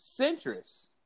centrist